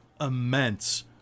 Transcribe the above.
Immense